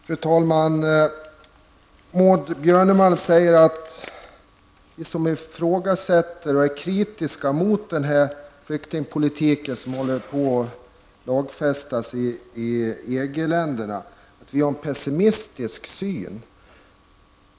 Fru talman! Maud Björnemalm säger att vi som ifrågasätter och är kritiska mot den flyktingpolitik som håller på att lagfästas i EG-länderna har en pessimistisk syn.